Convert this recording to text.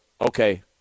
okay